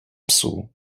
psů